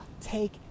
take